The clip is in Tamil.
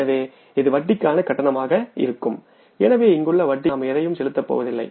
எனவே இது வட்டிக்கான கட்டணமாக இருக்கும் எனவே இங்குள்ள வட்டிக்கு நாம் எதையும் செலுத்தப்போவதில்லை